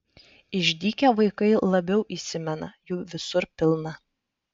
išdykę vaikai labiau įsimena jų visur pilna